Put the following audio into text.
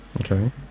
Okay